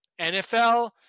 NFL